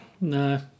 No